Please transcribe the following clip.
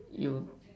you